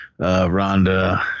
Rhonda